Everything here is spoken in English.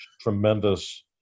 tremendous